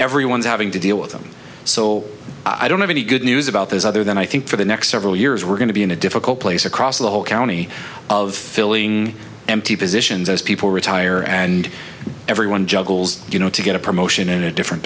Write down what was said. everyone's having to deal with them so i don't have any good news about this other than i think for the next several years we're going to be in a difficult place across the whole county of filling empty positions as people retire and everyone juggles you know to get a promotion in a different